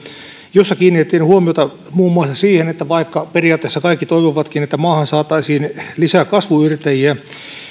jossa kiinnitettiin huomiota muun muassa siihen että vaikka periaatteessa kaikki toivovatkin että maahan saataisiin lisää kasvuyrittäjiä